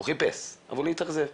הוא חיפש אבל הוא התאכזב.